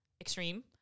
extreme